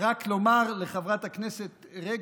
רק לומר לחברת הכנסת רגב,